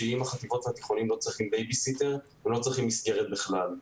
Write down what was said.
שאם החטיבות והתיכונים לא צריכים בייביסיטר אז הם לא צריכים מסגרת בכלל.